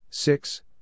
Six